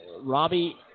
Robbie